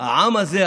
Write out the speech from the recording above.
העם הזה,